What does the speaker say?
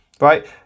Right